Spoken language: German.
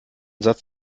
satz